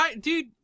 Dude